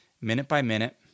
minute-by-minute